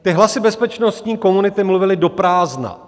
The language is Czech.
Ty hlasy bezpečnostní komunity mluvily do prázdna.